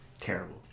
terrible